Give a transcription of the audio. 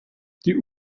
die